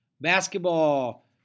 Basketball